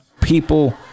people